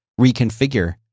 reconfigure